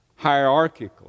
hierarchically